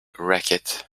racket